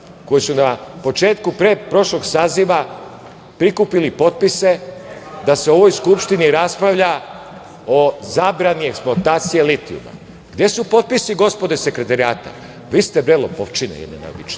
koji su na početku pretprošlog saziva prikupili potpise da se u ovoj Skupštini raspravlja o zabrani eksploatacije litijuma? Gde su potpisi, gospodo iz sekretarijata? Vi ste, bre, lopovčine jedne najobičnije.